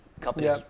companies